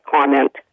comment